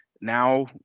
now